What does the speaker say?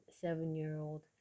seven-year-old